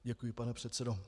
Děkuji, pane předsedo.